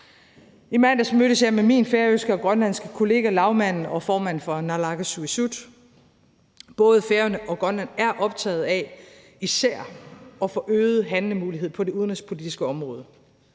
I mandags mødtes jeg med min færøske og min grønlandske kollega, lagmanden og formanden for naalakkersuisut. Både Færøerne og Grønland er især optaget af, at få øget handlemulighed på det udenrigspolitiske område.